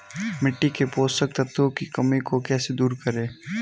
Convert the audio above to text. मिट्टी के पोषक तत्वों की कमी को कैसे दूर करें?